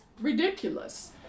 ridiculous